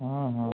ହଁ ହଁ